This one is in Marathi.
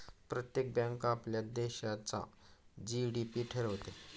प्रत्येक बँक आपल्या देशाचा जी.डी.पी ठरवते